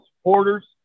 supporters